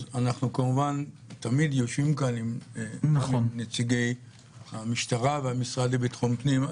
אנחנו כמובן תמיד יושבים כאן עם נציגי המשטרה והמשרד לביטחון פנים.